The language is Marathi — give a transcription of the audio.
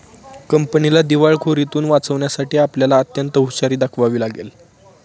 कंपनीला दिवाळखोरीतुन वाचवण्यासाठी आपल्याला अत्यंत हुशारी दाखवावी लागेल